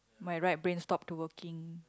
my right stopped working